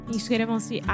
Inscrevam-se